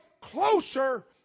closer